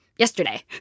Yesterday